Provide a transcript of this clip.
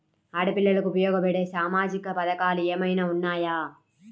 ఆడపిల్లలకు ఉపయోగపడే సామాజిక పథకాలు ఏమైనా ఉన్నాయా?